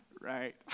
Right